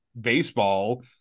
baseball